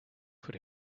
put